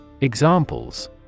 Examples